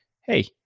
hey